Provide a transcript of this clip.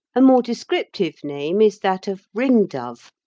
a more descriptive name is that of ringdove,